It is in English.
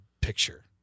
picture